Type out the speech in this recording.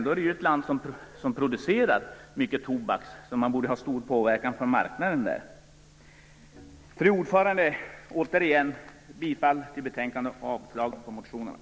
Det är ju ändå ett land som producerar mycket tobak, så man borde ha en stor påverkan från marknaden där. Fru talman! Återigen yrkar jag bifall till hemställan i betänkandet och avslag på motionerna.